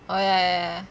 oh ya ya ya